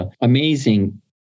amazing